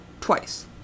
twice